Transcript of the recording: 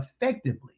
effectively